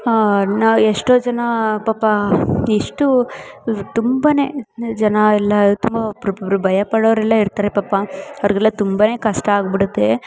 ನಾ ಎಷ್ಟೋ ಜನ ಪಾಪ ಎಷ್ಟು ತುಂಬ ಜನ ಎಲ್ಲ ತುಂಬ ಒಬ್ಬೊಬ್ರು ಭಯಪಡೋವ್ರೆಲ್ಲ ಇರ್ತಾರೆ ಪಾಪ ಅವ್ರಿಗೆಲ್ಲ ತುಂಬ ಕಷ್ಟ ಆಗ್ಬಿಡುತ್ತೆ